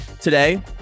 Today